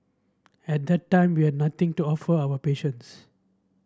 at that time we had nothing to offer our patients